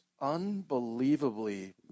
unbelievably